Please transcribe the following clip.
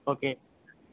okay